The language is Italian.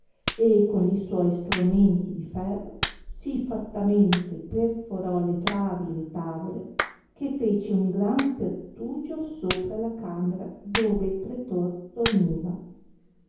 e con li suoi stromenti di ferro sì fattamente perforò le travi e le tavole che fece un gran pertugio sopra la camera dove il pretor dormiva